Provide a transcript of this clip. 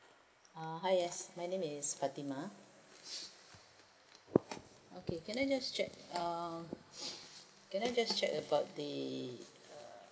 hi yes my name is fatimah okay can I just check uh can I just check about the